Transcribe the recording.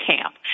camp